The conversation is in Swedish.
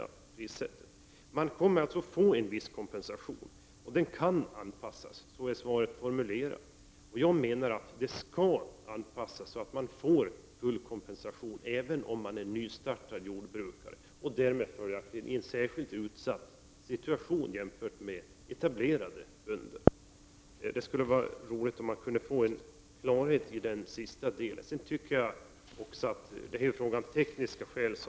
Av svaret kan man utläsa att man kommer att få en viss kompensation som kan anpassas. Jag menar att kompensationen skall anpassas, så att man får full kompensation, även om man är en nystartande jordbrukare och därmed befinner sig i en utsatt situation, jämförd med etablerade bönder. Det vore bra om jordbruksministern kunde klargöra detta. Från jordbruksnämnden har man angett att detta är en fråga om tekniska skäl.